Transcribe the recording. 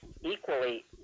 equally